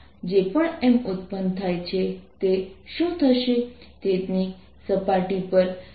તેથી અહીં જો હું M લખીશ જે j દિશા સાથે છે